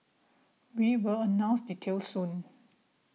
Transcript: we will announce details soon